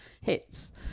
hits